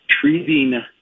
treating